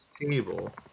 table